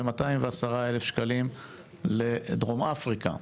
ו-210,000 שקלים לדרום אפריקה.